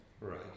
Right